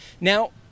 Now